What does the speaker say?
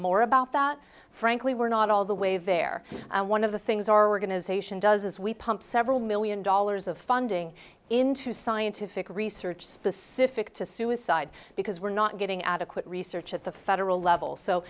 more about that frankly we're not all the way there and one of the things our organization does is we pump several million dollars of funding into scientific research specific to suicide because we're not getting adequate research at the federal level so